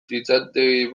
fitxategi